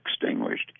extinguished